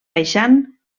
baixant